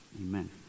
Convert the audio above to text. amen